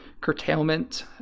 curtailment